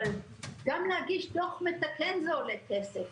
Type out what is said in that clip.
אבל גם להגיש דוח מתקן זה עולה כסף.